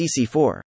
CC4